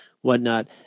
whatnot